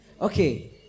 okay